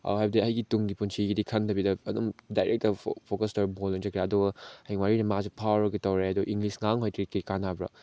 ꯍꯥꯏꯕꯗꯤ ꯑꯩꯒꯤ ꯇꯨꯡꯒꯤ ꯄꯨꯟꯁꯤꯒꯤꯗꯤ ꯈꯟꯗꯕꯤꯗ ꯑꯗꯨꯝ ꯗꯥꯏꯔꯦꯛꯇ ꯐꯣꯀꯁ ꯇꯧꯔ ꯕꯣꯜꯗ ꯑꯣꯏꯅ ꯆꯠꯈꯤꯕ ꯑꯗꯨꯒ ꯍꯌꯦꯡꯋꯥꯏ ꯃꯥꯅ ꯐꯥꯎꯔꯒ ꯇꯧꯔꯦ ꯑꯗꯨꯒ ꯏꯪꯂꯤꯁ ꯉꯥꯡꯕ ꯍꯩꯇ꯭ꯔꯗꯤ ꯀꯔꯤ ꯀꯥꯟꯅꯕ꯭ꯔꯥ